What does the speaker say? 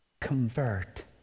convert